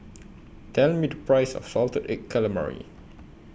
Tell Me The Price of Salted Egg Calamari